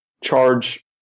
charge